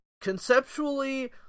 Conceptually